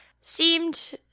seemed